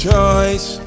choice